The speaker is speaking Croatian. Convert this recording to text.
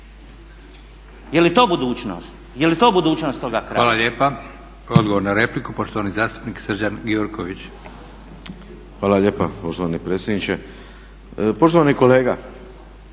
Je li to budućnost, je li to budućnost toga kraja.